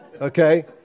Okay